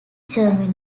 germany